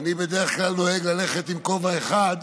אני בדרך כלל נוהג ללכת עם כובע אחד,